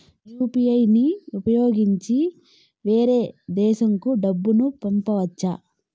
UPI ని ఉపయోగించి వేరే దేశంకు డబ్బును పంపొచ్చా?